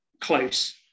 close